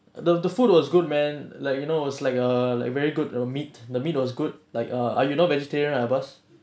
the the food was good man like you know was like uh like very good uh meat the meat was good like err ah you not vegetarian ah bass